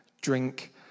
drink